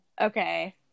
Okay